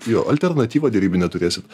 jo alternatyvą derybinę turėsit